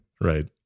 right